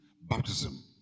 baptism